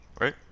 right